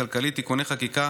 הכלכלית (תיקוני חקיקה